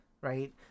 right